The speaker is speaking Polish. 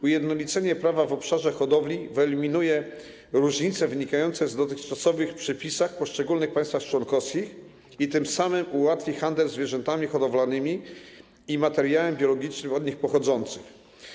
Ujednolicenie prawa w obszarze hodowli zwierząt wyeliminuje różnice pojawiające się w dotychczasowych przepisach w poszczególnych państwach członkowskich i tym samym ułatwi handel zwierzętami hodowlanymi i materiałem biologicznym od nich pochodzącym.